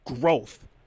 Growth